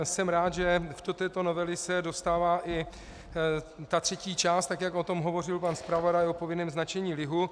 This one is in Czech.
Jsem rád, že do této novely se dostává i ta třetí část, jak o tom hovořil pan zpravodaj, o povinném značení lihu.